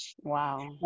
Wow